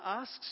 asks